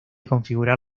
configurar